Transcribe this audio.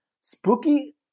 spooky